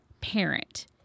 parent